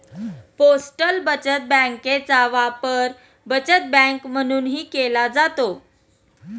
postal बचत बँकेचा वापर बचत बँक म्हणूनही केला जातो